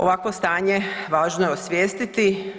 Ovakvo stanje važno je osvijestiti.